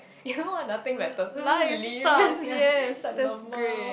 you know what nothing matters this is lame ya it's like lmao